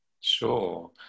Sure